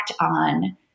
on